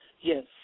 Yes